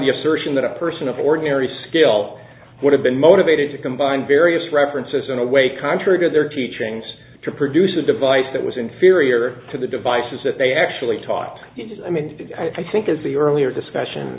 the assertion that a person of ordinary skill would have been motivated to combine various references in a way contrary to their teachings to produce a device that was inferior to the devices that they actually taught i mean i think is the earlier discussion